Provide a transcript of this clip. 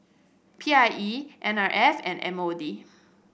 P I E N R F and M O D